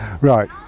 right